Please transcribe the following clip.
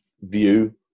view